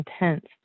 intense